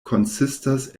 konsistas